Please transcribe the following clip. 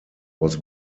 was